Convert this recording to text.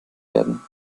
werden